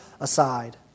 aside